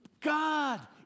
god